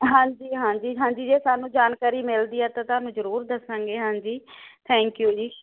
ਹਾਂਜੀ ਹਾਂਜੀ ਹਾਂਜੀ ਜੇ ਸਾਨੂੰ ਜਾਣਕਾਰੀ ਮਿਲਦੀ ਹ ਤਾਂ ਤੁਹਾਨੂੰ ਜਰੂਰ ਦੱਸਾਂਗੇ ਹਾਂਜੀ ਥੈਂਕਯੂ ਜੀ